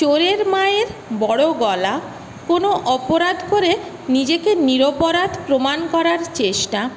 চোরের মায়ের বড়ো গলা কোনও অপরাধ করে নিজেকে নিরপরাধ প্রমাণ করার চেষ্টা